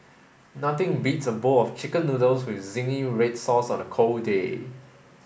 nothing beats a bowl of chicken noodles with zingy red sauce on a cold day